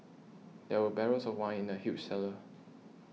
there were barrels of wine in the huge cellar